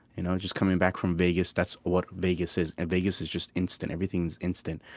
you know, just coming back from vegas. that's what vegas is. and vegas is just instant. everything is instant.